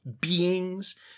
beings